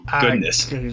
goodness